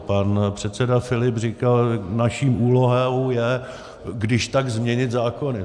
Pan předseda Filip říkal, naší úlohou je kdyžtak změnit zákony.